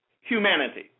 humanity